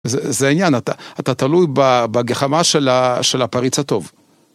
זה העניין, אתה אתה תלוי בגחמה של ה.. של הפריץ הטוב.